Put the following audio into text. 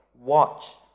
Watch